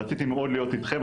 רציתי מאוד להיות איתכם,